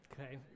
okay